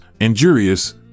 injurious